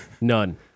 None